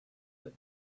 that